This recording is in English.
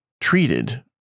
treated